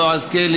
בועז קלי,